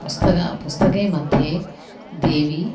पुस्तकं पुस्तके मध्ये देवी